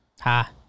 Ha